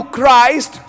Christ